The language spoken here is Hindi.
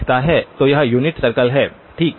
तो यह यूनिट सर्किल है ठीक